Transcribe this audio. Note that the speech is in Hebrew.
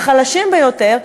החלשים ביותר,